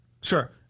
Sure